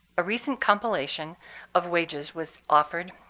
a recent compilation of wages was offered